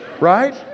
right